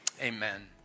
amen